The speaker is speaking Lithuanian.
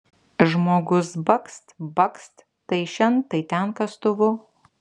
žmogus bakst bakst tai šen tai ten kastuvu